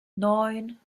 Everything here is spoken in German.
neun